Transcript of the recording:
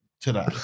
today